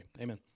amen